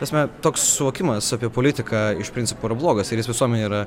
ta prasme toks suvokimas apie politiką iš principo yra blogas ir jis visuomenėj yra